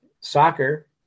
soccer